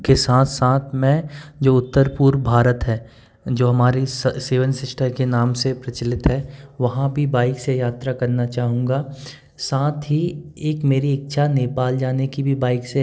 के साथ साथ में जो उत्तर पूर्व भारत है जो हमारी सेवेन शिस्टर के नाम से प्रचलित हैं वहाँ भी बाइक से यात्रा करना चाहूँगा साथ ही एक मेरी इच्छा नेपाल जाने की भी बाइक से है